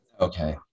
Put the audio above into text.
Okay